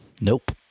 Nope